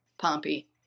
Pompey